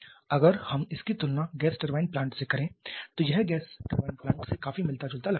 अगर हम इसकी तुलना गैस टरबाइन प्लांट से करें तो यह गैस टरबाइन प्लांट से काफी मिलता जुलता लग सकता है